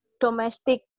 domestic